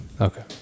Okay